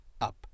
up